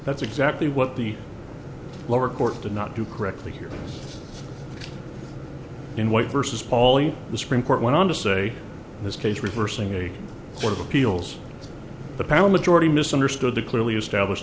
that's exactly what the lower court did not do correctly here in white versus pauline the supreme court went on to say in this case reversing a court of appeals the panel majority misunderstood the clearly established